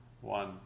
one